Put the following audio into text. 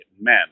men